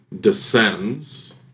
descends